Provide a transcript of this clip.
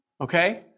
okay